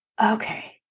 okay